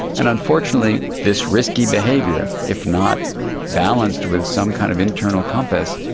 and unfortunately this risky behaviour, if not balanced with some kind of internal compass,